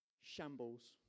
shambles